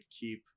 keep